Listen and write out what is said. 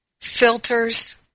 filters